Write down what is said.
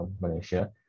Malaysia